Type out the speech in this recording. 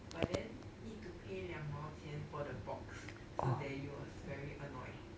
but then need to pay 两毛钱 for the box so daddy was very annoyed